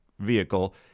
Vehicle